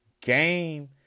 Game